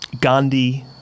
Gandhi